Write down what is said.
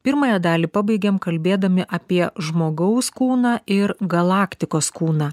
pirmąją dalį pabaigėm kalbėdami apie žmogaus kūną ir galaktikos kūną